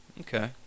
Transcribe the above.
Okay